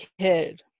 kid